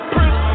Prince